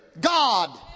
God